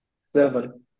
Seven